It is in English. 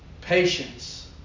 Patience